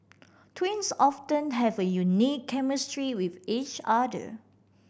twins often have a unique chemistry with each other